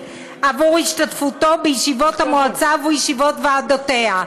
עבור השתתפותו בישיבות המועצה ובישיבות ועדותיה",